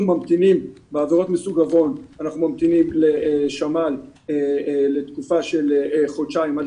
בעבירות מסוג עוון אנחנו ממתינים לשמ"ל לתקופה של חודשיים עד